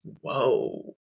whoa